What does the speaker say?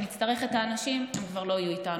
וכשנצטרך את האנשים, הם כבר לא יהיו איתנו.